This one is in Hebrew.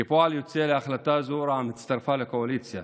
כפועל יוצא להחלטה זו רע"מ הצטרפה לקואליציה,